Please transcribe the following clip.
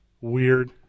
Weird